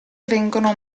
vengono